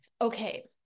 okay